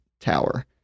tower